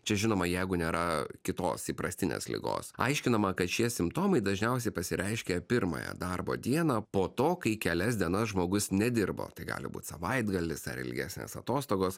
čia žinoma jeigu nėra kitos įprastinės ligos aiškinama kad šie simptomai dažniausiai pasireiškia pirmąją darbo dieną po to kai kelias dienas žmogus nedirbo tai gali būt savaitgalis ar ilgesnės atostogos